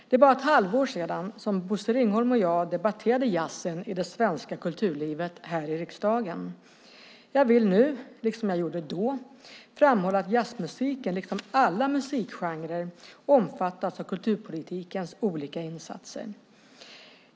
Det är bara ett halvår sedan som Bosse Ringholm och jag debatterade jazzen i det svenska kulturlivet här i riksdagen. Jag vill nu, liksom jag gjorde då, framhålla att jazzmusiken, liksom alla musikgenrer, omfattas av kulturpolitikens olika insatser.